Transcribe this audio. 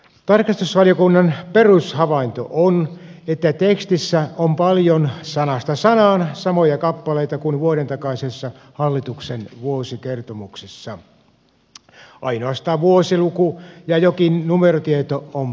tarkastusvaliokunnan perushavainto on että tekstissä on paljon sanasta sanaan samoja kappaleita kuin vuoden takaisessa hallituksen vuosikertomuksessa ainoastaan vuosiluku ja jokin numerotieto on päivitetty